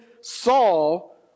Saul